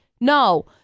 No